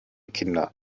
kinder